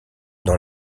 dans